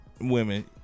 women